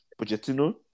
Pochettino